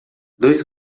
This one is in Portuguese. dois